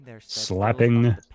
Slapping